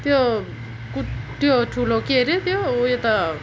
त्यो कु त्यो ठुलो के अरे त्यो उयो त